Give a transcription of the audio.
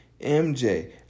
MJ